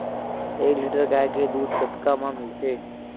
एक लीटर गाय के दुध कतका म मिलथे?